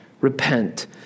repent